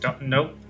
Nope